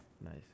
Nice